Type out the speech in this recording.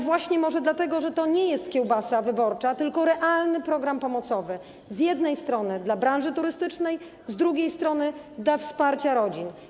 Właśnie może dlatego, że to nie jest kiełbasa wyborcza, tylko realny program pomocowy z jednej strony dla branży turystycznej, a z drugiej strony dla wsparcia rodzin.